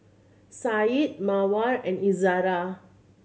Said Mawar and Izzara